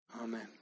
Amen